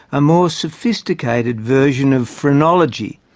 a more sophisticated version of phrenology,